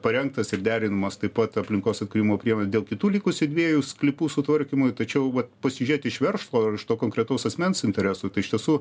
parengtas ir derinamas taip pat aplinkos atkūrimo priemonė dėl kitų likusių dviejų sklypų sutvarkymui tačiau va pasižiūrėti iš verslo ir iš to konkretaus asmens interesų tai iš tiesų